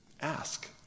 ask